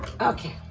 Okay